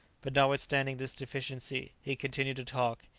but notwithstanding this deficiency he continued to talk,